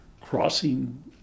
crossing